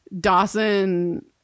Dawson